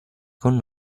con